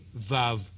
Vav